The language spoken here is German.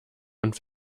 und